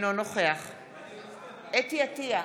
אינו נוכח חוה אתי עטייה,